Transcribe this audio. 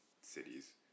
cities